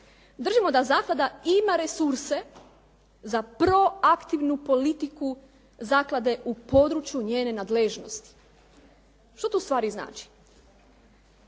Držimo da zaklada ima resurse za proaktivnu politiku zaklade u području njene nadležnosti. Što to u stvari znači?